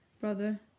brother